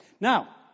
Now